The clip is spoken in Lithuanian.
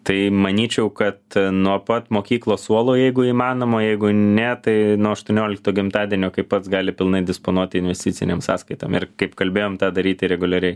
tai manyčiau kad nuo pat mokyklos suolo jeigu įmanoma jeigu ne tai nuo aštuoniolikto gimtadienio kai pats gali pilnai disponuoti investicinėm sąskaitom ir kaip kalbėjom tą daryti reguliariai